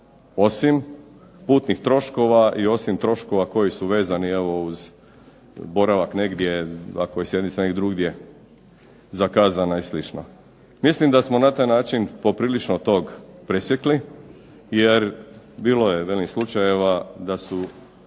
osim putnih troškova i osim troškova koji su vezani evo uz boravak negdje. Ako je sjednica negdje drugdje zakazana i slično. Mislim da smo na taj način poprilično tog presjekli jer bilo je velim slučajeva da su